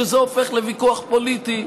כשזה הופך לוויכוח פוליטי,